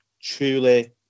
truly